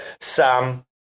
sam